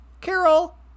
Carol